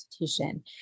institution